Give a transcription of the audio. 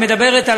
שמדברת על